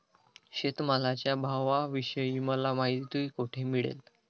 शेतमालाच्या भावाविषयी मला माहिती कोठे मिळेल?